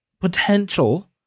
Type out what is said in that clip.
potential